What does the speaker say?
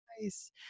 nice